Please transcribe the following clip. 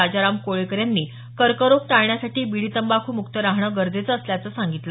राजाराम कोळेकर यांनी कर्करोग टाळण्यासाठी बीडी तंबाखू मुक्त राहणं गरजेचं असल्याचं सांगितलं